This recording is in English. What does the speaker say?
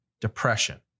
depression